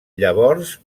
llavors